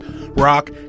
rock